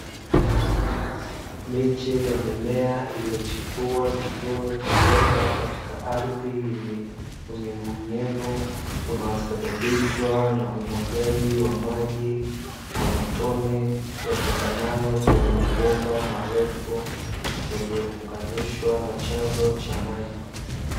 Miche ya mimea iliyochipua vizuri kutoka katika ardhi yenye unyevunyevu unaosababishwa na umwagaji wa maji kwa matone yatokanayo kwenye mabomba marefu yaliyounganishwa na chanzo cha maji.